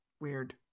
weird